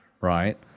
right